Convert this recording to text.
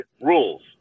rules